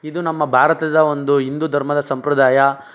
ಇದು ನಮ್ಮ ಭಾರತದ ಒಂದು ಹಿಂದೂ ಧರ್ಮದ ಸಂಪ್ರದಾಯ